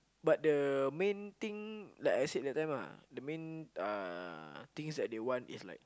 but the main thing that I said that time lah the main uh things that they want is like